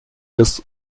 des